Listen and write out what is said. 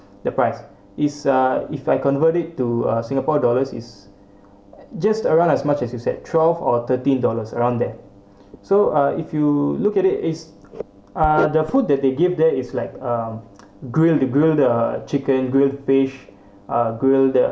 the price it's uh if I convert it to uh singapore dollars it's just around as much as you said twelve or thirteen dollars around there so uh if you look at it is uh the food that they give there is like um grill the grill the chicken grilled the fish or grilled the